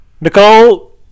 Nicole